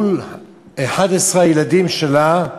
מול 11 הילדים שלה,